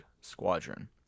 Squadron